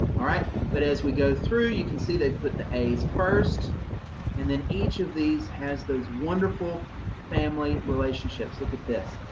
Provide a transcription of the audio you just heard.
but as we go through, you can see they've put the as first and then each of these has those wonderful family relationships. look at this.